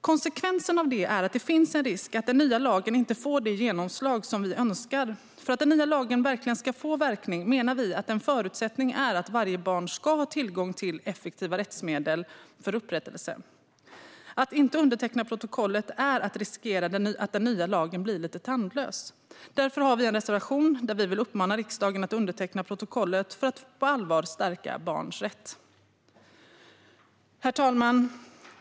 Konsekvensen av det är att det finns en risk att den nya lagen inte får det genomslag som vi önskar. För att den nya lagen verkligen ska få verkan menar vi att en förutsättning är att varje barn ska ha tillgång till effektiva rättsmedel för upprättelse. Att inte underteckna protokollet är att riskera att den nya lagen blir tandlös. Därför har vi en reservation där vi uppmanar riksdagen att underteckna protokollet för att på allvar stärka barns rätt. Herr talman!